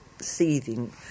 seething